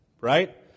right